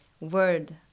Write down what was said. word